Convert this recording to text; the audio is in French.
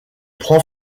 prend